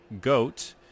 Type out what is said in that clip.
goat